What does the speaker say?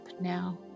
now